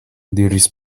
diris